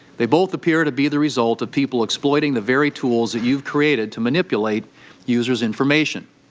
they both appear to be the result of people exploiting the very tools you created to manipulate users' information.